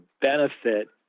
benefit